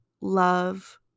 love